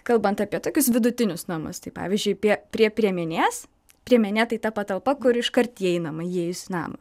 kalbant apie tokius vidutinius namus tai pavyzdžiui pie prie priemenės priemenė tai ta patalpa kur iškart įeinama įėjus į namą